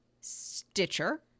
stitcher